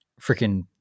freaking